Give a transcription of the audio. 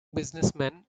businessmen